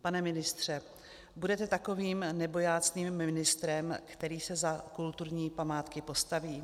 Pane ministře, budete takovým nebojácným ministrem, který se za kulturní památky postaví?